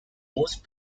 most